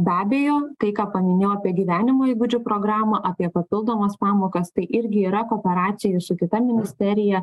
be abejo kai ką paminėjo apie gyvenimo įgūdžių programą apie papildomas pamokas tai irgi yra kooperacija su kita ministerija